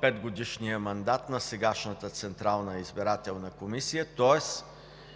петгодишният мандат на сегашната Централна избирателна комисия, тоест